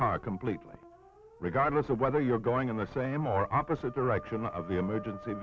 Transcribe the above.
car completely regardless of whether you're going in the same or opposite direction of the emergency